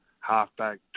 halfback